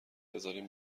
بذارین